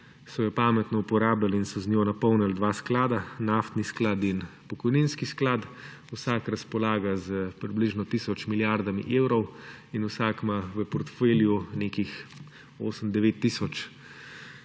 so jo pametno uporablili in so z njo napolnil dva sklada, naftni sklad in pokojninski sklad. Vsak razpolaga z približno tisoč milijardami evrov in vsak ima v portfelju nekih 8, 9 tisoč